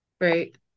Right